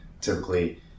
Typically